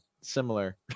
similar